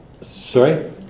Sorry